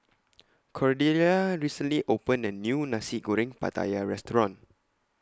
Cordelia recently opened A New Nasi Goreng Pattaya Restaurant